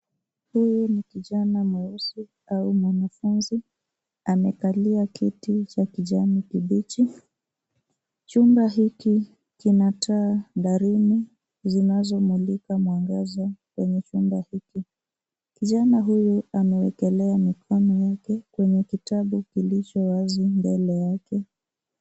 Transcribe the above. Huu ni kijana mweusi au mwanafunzi. Amekalia kiti cha kijani kibichi. Chumba hiki kina taa darini zinazomulika mwangaza kwenye chumba hiki. Kijana huyu ameekelea mikono yake kwenye kitabu kilicho wazi mbele yake.